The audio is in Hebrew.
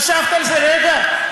חשבת על זה רגע?